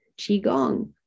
Qigong